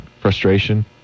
frustration